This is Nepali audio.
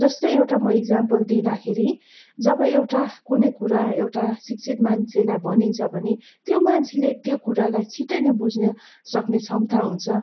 जस्तै एउटा म इक्जाम्पल दिँदाखेरि जब एउटा कुनै कुरा एउटा शिक्षित मान्छेलाई भनिन्छ भने त्यो मान्छेले त्यो कुरालाई छिटै नै बुझ्न सक्ने क्षमता हुन्छ